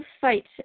fight